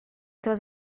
этого